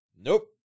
Nope